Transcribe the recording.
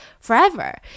forever